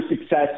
success